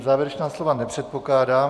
Závěrečná slova nepředpokládám.